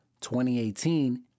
2018